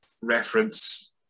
reference